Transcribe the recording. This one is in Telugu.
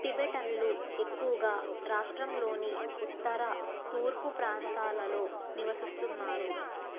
టిబెటన్లు ఎక్కువగా రాష్ట్రంలోని ఉత్తర తూర్పు ప్రాంతాలలో నివసిస్తున్నారు